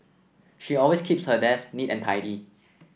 she always keeps her desk neat and tidy